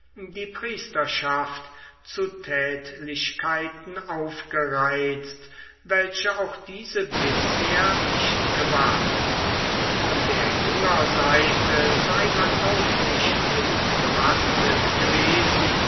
die priesterschaft zu tätlichkeiten aufgereizt welche auch diese bisher nicht gewagt von der jünger seite sei man auch nicht unbewaffnet gewesen